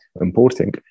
importing